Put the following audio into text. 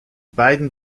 beiden